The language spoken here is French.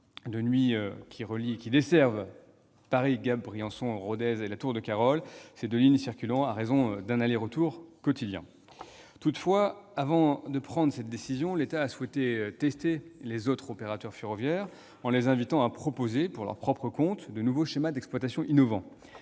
de nuit desservant depuis Paris Gap, Briançon, Rodez et Latour-de-Carol, circulant à raison d'un aller-retour quotidien. Toutefois, avant de prendre cette décision, l'État a souhaité tester les autres opérateurs ferroviaires, en les invitant à proposer, pour leur propre compte, de nouveaux schémas d'exploitation innovants.